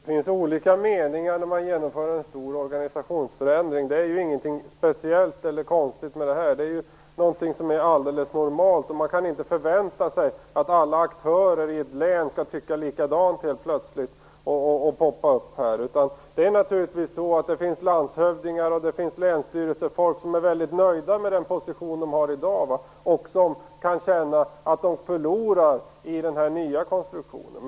Fru talman! Det finns olika meningar när man genomför en stor organisationsförändring. Det är ingenting speciellt eller konstigt med det, utan det är någonting alldeles normalt. Man kan inte förvänta sig att alla aktörer i ett län helt plötsligt skall poppa upp och tycka likadant. Det finns naturligtvis landshövdingar och länsstyrelsefolk som är väldigt nöjda med den position de har i dag, och som kan känna att de förlorar på den nya konstruktionen.